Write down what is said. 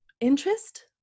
interest